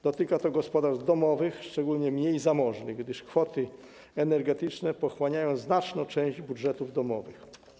Dotyka to gospodarstw domowych, szczególnie mniej zamożnych, gdyż koszty energetyczne pochłaniają znaczną część budżetów domowych.